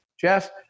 Jeff